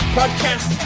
podcast